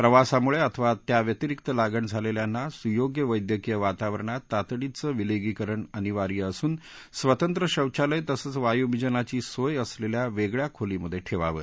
प्रवासामुळे अथवा त्या व्यतिरिक्त लागण झालेल्यांना सुयोग्य वैद्यकीय वातावरणात तातडीचं विलगीकरण अनिवार्य असून स्वतंत्र शौचालय तसचं वायुविजनाची सोय असलेल्या वेगळ्या खोलीमध्ये ठेवावं